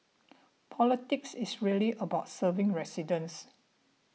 politics is really about serving residents